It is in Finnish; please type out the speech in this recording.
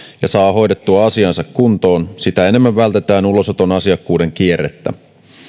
ja saa hoidettua asiansa kuntoon sitä enemmän vältetään ulosoton asiakkuuden kierrettä